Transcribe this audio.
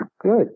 good